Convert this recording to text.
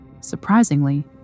Surprisingly